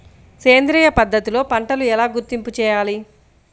సేంద్రియ పద్ధతిలో పంటలు ఎలా గుర్తింపు చేయాలి?